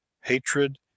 HATRED